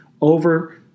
over